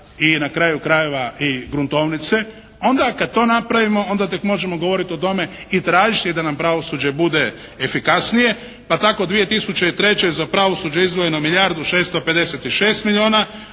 i na kraju krajeva i gruntovnice. Onda kada to napravimo onda tek možemo govoriti o tome i tražiti da nam pravosuđe bude efikasnije pa tako 2003. za pravosuđe je izdvojeno milijardu i 656 milijuna,